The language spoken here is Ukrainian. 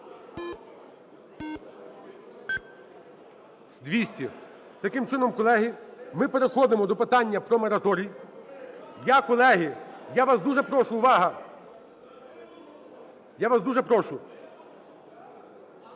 За-200 Таким чином, колеги, ми переходимо до питання про мораторій. Я, колеги… Я вас дуже прошу, увага. Я вас дуже прошу.